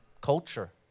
culture